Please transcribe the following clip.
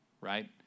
right